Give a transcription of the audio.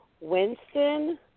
Winston